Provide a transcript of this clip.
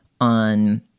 on